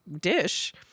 dish